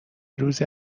روزی